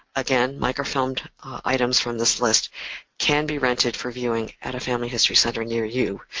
again, microfilmed items from this list can be rented for viewing at a family history center near you,